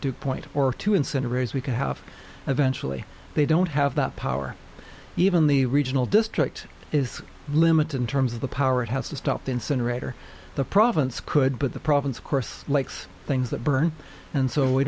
two point or two incinerators we could have eventually they don't have that power even the regional district is limited in terms of the power it has to stop the incinerator the province could but the province of course likes things that burn and so we